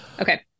Okay